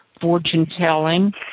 fortune-telling